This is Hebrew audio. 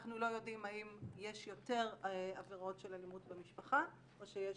אנחנו לא יודעים האם יש יותר עבירות של אלימות במשפחה או שיש